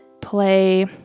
play